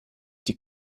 die